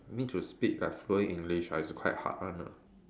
need to speak like fluent English ah is quite hard one ah